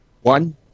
One